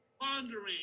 pondering